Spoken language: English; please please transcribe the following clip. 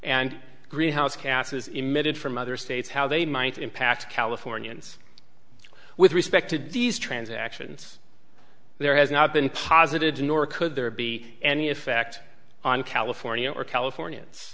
and greenhouse gases emitted from other states how they might impact californians with respect to these transactions there has not been positive nor could there be any effect on california or californians